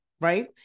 right